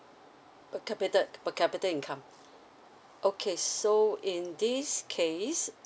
per capita per capita income okay so in this case